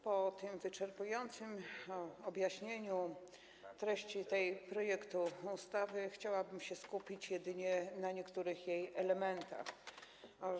Po tym wyczerpującym objaśnieniu treści tego projektu ustawy chciałabym się skupić jedynie na niektórych jej elementach.